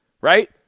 right